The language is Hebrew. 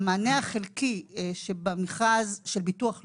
המענה החלקי שבמכרז של ביטוח לאומי,